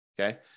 Okay